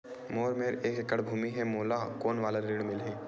मोर मेर एक एकड़ भुमि हे मोला कोन वाला ऋण मिलही?